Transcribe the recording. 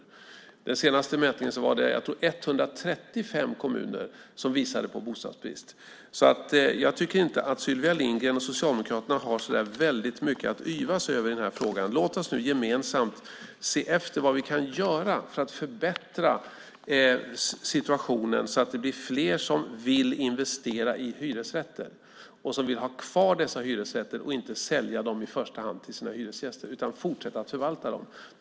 I den senaste mätningen var det - tror jag - 135 kommuner som visade på bostadsbrist. Jag tycker inte att Sylvia Lindgren och Socialdemokraterna har så mycket att yvas över i frågan. Låt oss gemensamt se efter vad vi kan göra för att förbättra situationen så att det blir fler som vill investera i hyresrätter, vill ha kvar dessa hyresrätter, inte sälja dem i första hand till sina hyresgäster utan fortsätta att förvalta dem.